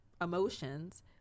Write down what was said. emotions